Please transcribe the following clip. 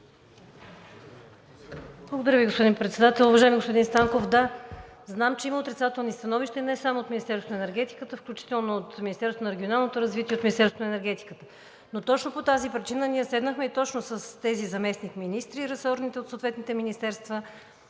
Благодаря Ви, господин Председател. Уважаеми господин Станков, да, знам, че има отрицателни становища и не само от Министерството на енергетиката, включително от Министерството на регионалното развитие. Точно по тази причина ние седнахме и точно с тези заместник-министри, ресорните, от съответните министерства